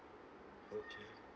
okay